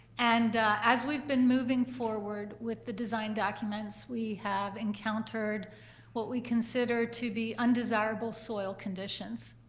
and as we've been moving forward with the design documents, we have encountered what we consider to be undesirable soil conditions,